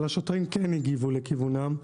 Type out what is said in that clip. אבל השוטרים כן הגיבו לכיוונם,